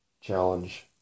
challenge